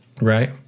right